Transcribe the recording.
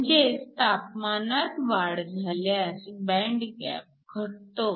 म्हणजेच तापमानात वाढ झाल्यास बँड गॅप घटतो